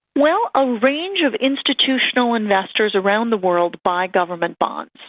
well, a range of institutional investors around the world buy government bonds.